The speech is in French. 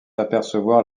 apercevoir